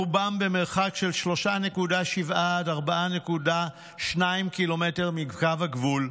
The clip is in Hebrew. ברובם במרחק של 3.7 עד 4.2 קילומטר מקו הגבול,